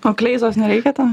o kleizos nereikia ten